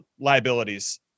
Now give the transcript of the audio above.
liabilities